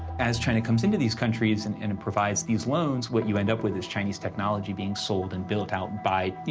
as china comes into these countries and and and provides these loans, what you end up with is chinese technology being sold and built out by, you